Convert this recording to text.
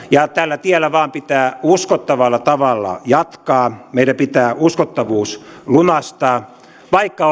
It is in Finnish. ja tällä tiellä vain pitää uskottavalla tavalla jatkaa meidän pitää uskottavuus lunastaa vaikka